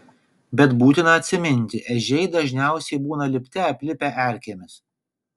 bet būtina atsiminti ežiai dažniausiai būna lipte aplipę erkėmis